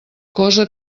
cosa